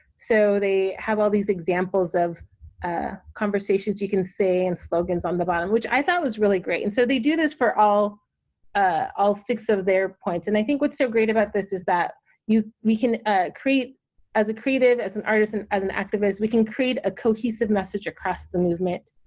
so they have all these examples of ah conversations you can say and slogans on the bottom which i thought was really great, and so they do this for all ah all six of their points and i think what's so great about this is that you we can create as a creative, as an artisan, as an activist we can create a cohesive message across the movement